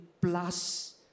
plus